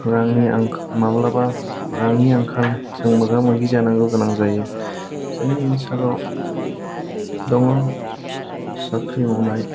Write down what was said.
रांनि आंखाल माब्लाबा रांनि आंखालजों मोगा मोगि जानांगौ जायो जोंनि ओनसोलाव दङ साख्रि मावनाय